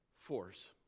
force